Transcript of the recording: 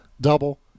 double